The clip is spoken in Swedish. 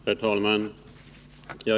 Herr talman!